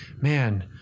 man